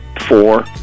four